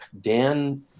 Dan